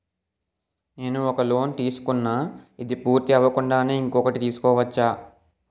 నేను ఒక లోన్ తీసుకున్న, ఇది పూర్తి అవ్వకుండానే ఇంకోటి తీసుకోవచ్చా?